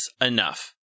enough